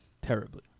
terribly